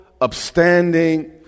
upstanding